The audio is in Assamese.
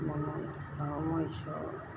আৰু মোৰ ঈশ্বৰৰ